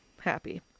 happy